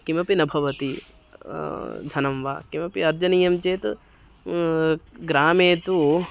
किमपि न भवति धनं वा किमपि अर्जनीयं चेत् ग्रामे तु